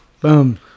Boom